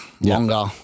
longer